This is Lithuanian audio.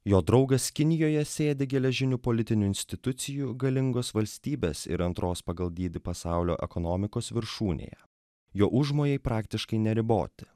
jo draugas kinijoje sėdi geležinių politinių institucijų galingos valstybės ir antros pagal dydį pasaulio ekonomikos viršūnėje jo užmojai praktiškai neriboti